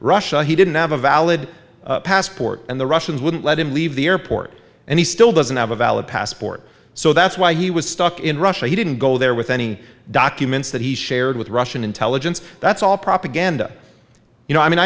russia he didn't have a valid passport and the russians wouldn't let him leave the airport and he still doesn't have a valid passport so that's why he was stuck in russia he didn't go there with any documents that he shared with russian intelligence that's all propaganda you know i mean